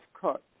cut